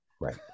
right